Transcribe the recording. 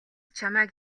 чамайг